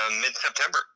mid-september